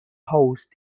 housed